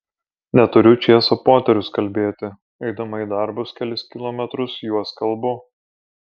neturiu čėso poterius kalbėti eidama į darbus kelis kilometrus juos kalbu